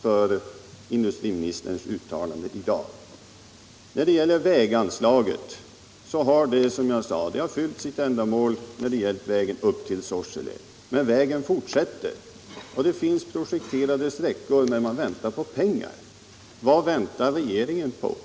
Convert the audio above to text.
för industriministerns uttalande i dag. När det gäller väganslaget har det, som jag sade, fyllt sitt ändamål i fråga om vägen upp till Sorsele. Vägen fortsätter emellertid, och det finns projekterade sträckor, men man väntar på pengar. Vad väntar regeringen på?